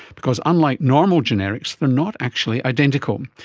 because unlike normal generics they are not actually identical.